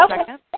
second